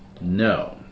No